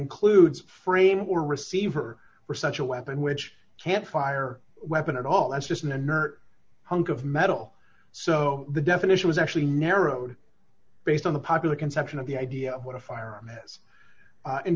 clude frame or receiver for such a weapon which can't fire weapon at all as just an inert hunk of metal so the definition was actually narrowed based on the popular conception of the idea of what a firearm is